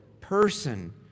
person